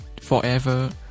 forever